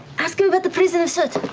ask him about the prison of soot.